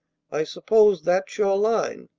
i suppose that's your line.